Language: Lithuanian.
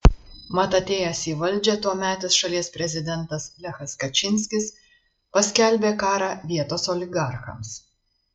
mat atėjęs į valdžią tuometis šalies prezidentas lechas kačynskis paskelbė karą vietos oligarchams